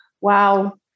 wow